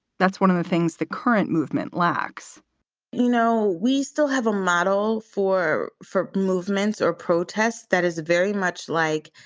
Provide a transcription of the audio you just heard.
that's one of the things the current movement lacks you know, we still have a model for four movements or protest that is very much like.